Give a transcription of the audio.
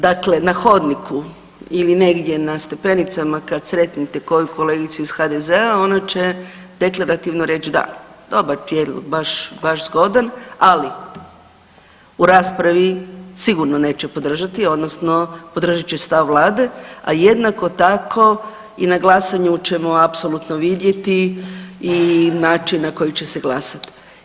Dakle, na hodniku ili negdje na stepenicama kad sretnete koju kolegicu iz HDZ-a ona će deklarativno reći da, dobar prijedlog, baš zgodan, ali u raspravi sigurno neće podržati odnosno podržat će stav vlade, a jednako tako i na glasanju ćemo apsolutno vidjeti i način na koji će se glasat.